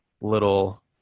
little